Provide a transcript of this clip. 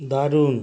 দারুণ